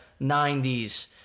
90s